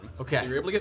Okay